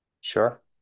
Sure